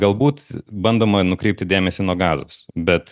galbūt bandoma nukreipti dėmesį nuo gazos bet